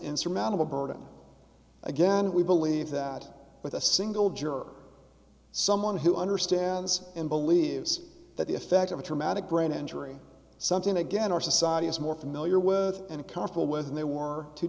insurmountable burden again we believe that with a single juror someone who understands him believes that the effect of a traumatic brain injury something again our society is more familiar with and careful with and there were two